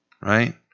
Right